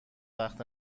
وقت